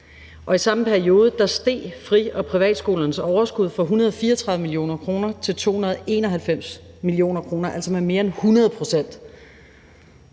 i samme periode steg fri- og privatskolernes overskud fra 134 mio. kr. til 291 mio. kr., altså med mere end hundrede procent.